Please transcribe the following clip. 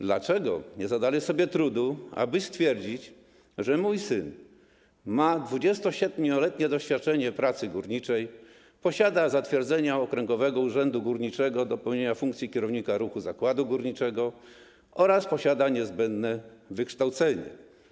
Dlaczego nie zadali sobie trudu, aby stwierdzić, że mój syn ma 27-letnie doświadczenie w pracy górniczej, posiada zatwierdzenie Okręgowego Urzędu Górniczego do pełnienia funkcji kierownika ruchu zakładu górniczego oraz ma niezbędne wykształcenie?